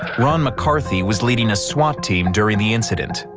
ron mccarthy was leading a swat team during the incident.